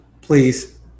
please